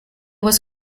was